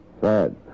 Sad